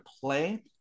play